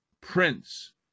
prince